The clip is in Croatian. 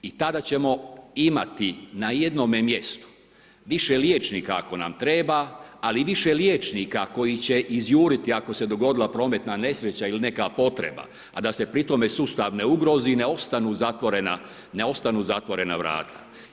I tada ćemo imati na jednome mjestu više liječnika ako nam treba, ali više liječnika koji će izjuriti ako se dogodila prometna nesreća ili neka potreba a da se pri tome sustav ne ugrozi i ne ostanu zatvorena, ne ostanu zatvorena vrata.